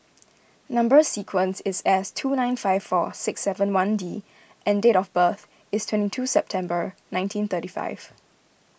Number Sequence is S two nine five four six seven one D and date of birth is twenty two September nineteen thirty five